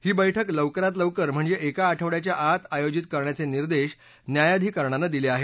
ही बक्कि लवकरात लवकर म्हणजे एका आठवड्याच्या आत आयोजित करण्याचे निर्देश न्यायाधिकरणानं दिले आहेत